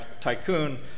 tycoon